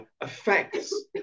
affects